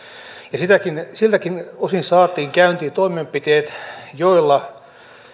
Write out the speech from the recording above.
ja siltäkin osin saatiin käyntiin toimenpiteet joilla